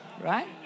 Right